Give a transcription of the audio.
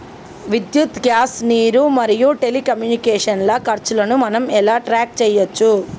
విద్యుత్ గ్యాస్ నీరు మరియు టెలికమ్యూనికేషన్ల ఖర్చులను మనం ఎలా ట్రాక్ చేయచ్చు?